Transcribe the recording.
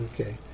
okay